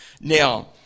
Now